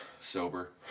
sober